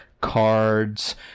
cards